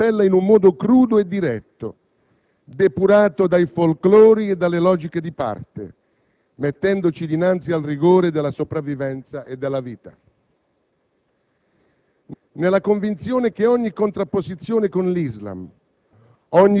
È il tema della pace che ci interpella e lo fa in un modo crudo e diretto, depurato dai folclori e dalle logiche di parte, mettendoci dinanzi al rigore della sopravvivenza e della vita,